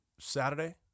saturday